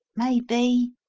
maybe